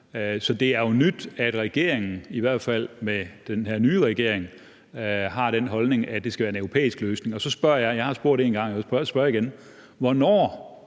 Så det er jo nyt, at regeringen, i hvert fald den her nye regering, har den holdning, at det skal være en europæisk løsning. Så spørger jeg – jeg har spurgt en gang, og jeg vil også